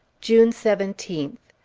june seventeenth.